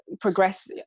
progress